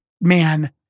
man